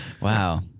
Wow